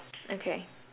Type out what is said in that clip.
okay